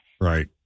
Right